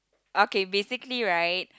okay basically right